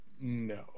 No